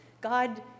God